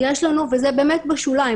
וזה באמת בשוליים,